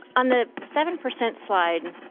on the seven percent slide.